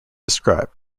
described